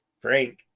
Frank